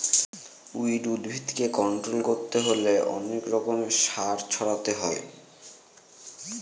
weed উদ্ভিদকে control করতে হলে অনেক রকমের সার ছড়াতে হয়